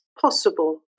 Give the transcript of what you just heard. possible